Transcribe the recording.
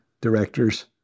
directors